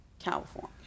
california